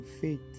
faith